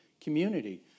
community